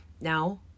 Now